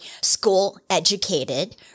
school-educated